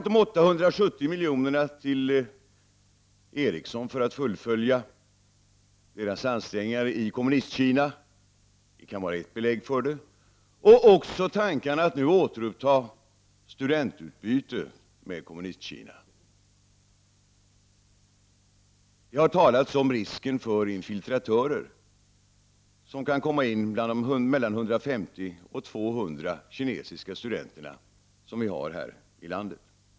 De 870 miljonerna till Ericsson för att fullfölja ansträngningarna i Kommunistkina kan vara ett belägg för det, men också tankarna att nu återuppta studentutbytet med Kommunistkina. Det har talats om risken för infiltratörer bland de mellan 150 och 200 kinesiska studenter vi har här i landet.